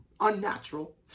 Unnatural